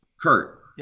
Kurt